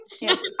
yes